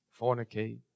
fornicate